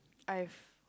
I've